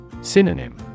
Synonym